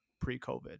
pre-COVID